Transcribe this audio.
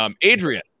Adrian